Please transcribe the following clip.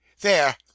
There